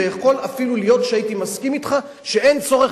ויכול להיות אפילו שהייתי מסכים אתך שאין צורך